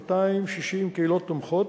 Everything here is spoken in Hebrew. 260 קהילות תומכות,